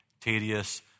Tedious